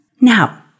now